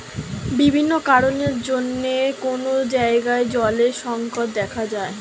বিভিন্ন কারণের জন্যে কোন জায়গায় জলের সংকট দেখা যায়